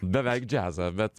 beveik džiazą bet